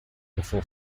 before